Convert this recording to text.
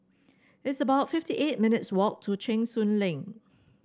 it's about fifty eight minutes' walk to Cheng Soon Lane